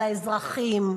על האזרחים,